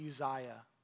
Uzziah